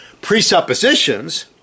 presuppositions